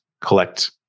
collect